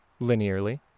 linearly